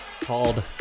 called